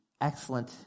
excellent